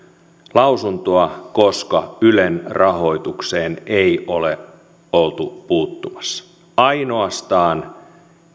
lausuntoa koska ylen rahoitukseen ei ole oltu puuttumassa ainoastaan